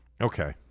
Okay